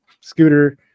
Scooter